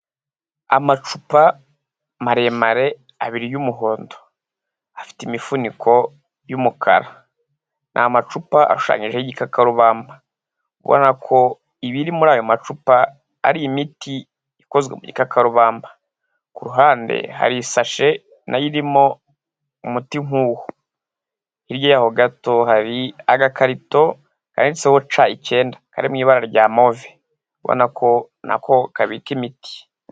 Amacupa maremare abiri y'umuhondo, afite imifuniko y'umukara, ni amacupa ashushanyijeho igikakarubamba, ubona ko ibiri muri ayo macupa ari imiti ikozwe mu gikakarubamba. Ku ruhande hari isashi na yo irimo umuti nk'uwo. Hirya yaho gato hari agakarito kanditseho c icyenda, kari mu ibara rya move ubona ko na ko kabika imiti.